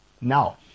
Now